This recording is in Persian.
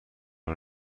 راه